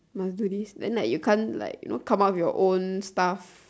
must do this then like you can't like you know come up with your own stuff